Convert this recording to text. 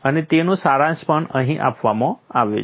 અને તેનો સારાંશ પણ અહીં આપવામાં આવ્યો છે